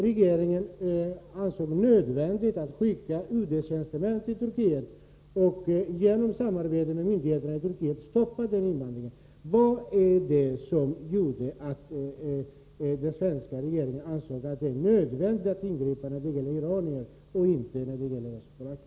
Regeringen ansåg det nödvändigt att skicka UD-tjänstemän till Turkiet och genom samarbete med myndigheterna där stoppa denna invandring. Vad var det som gjorde att den svenska regeringen ansåg det nödvändigt att ingripa när det gällde iranier men inte när det gällde polacker?